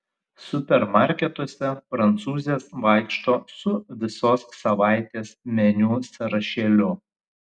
supermarketuose prancūzės vaikšto su visos savaitės meniu sąrašėliu